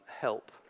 Help